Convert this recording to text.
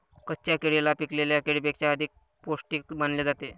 कच्च्या केळीला पिकलेल्या केळीपेक्षा अधिक पोस्टिक मानले जाते